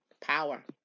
power